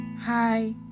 Hi